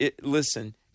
Listen